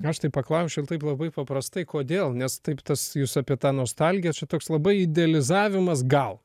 aš tai paklausčiau taip labai paprastai kodėl nes taip tas jūs apie tą nostalgiją čia toks labai idealizavimas gal